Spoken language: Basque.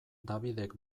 dabidek